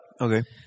Okay